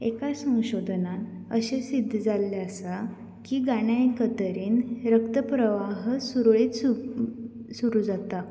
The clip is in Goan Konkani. एका संशोदनान अशें सिद्द जाल्ले आसा की गाणें आयकतरेन रक्त प्रवाह सुरळीत सुरू जाता